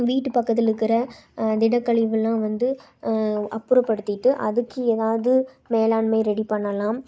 வீட்டு பக்கத்திலிருக்கிற திடக்கழிவுகளெலாம் வந்து அப்புறப்படுத்திவிட்டு அதுக்கு ஏதாவது மேலாண்மை ரெடி பண்ணலாம்